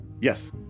Yes